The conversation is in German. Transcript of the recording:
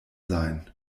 sein